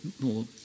more